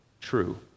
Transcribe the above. true